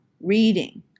reading